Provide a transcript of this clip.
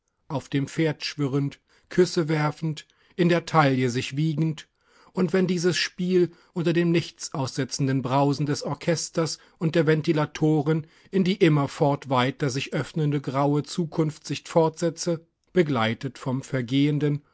auf dem pferde schwirrend küsse werfend in der taille sich wiegend und wenn dieses spiel unter dem nichtaussetzenden brausen des orchesters und der ventilatoren in die immerfort weiter sich öffnende graue zukunft sich fortsetzte begleitet vom vergehenden